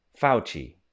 fauci